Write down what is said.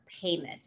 payment